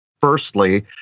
firstly